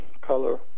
color